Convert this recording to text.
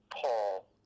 Paul